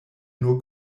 nur